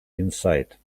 inside